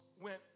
went